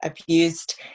abused